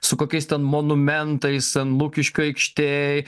su kokiais ten monumentais ten lukiškių aikštėj